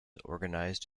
organized